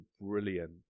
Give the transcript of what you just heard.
brilliant